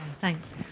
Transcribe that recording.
Thanks